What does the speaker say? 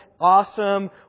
awesome